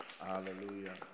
Hallelujah